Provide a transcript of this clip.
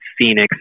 Phoenix